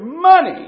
money